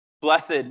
Blessed